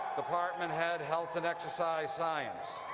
department head, health and exercise science